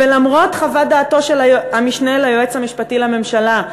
ולמרות חוות דעתו של המשנה ליועץ המשפטי לממשלה,